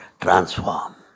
transform